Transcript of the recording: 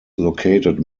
located